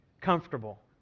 comfortable